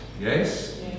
Yes